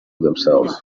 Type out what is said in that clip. themselves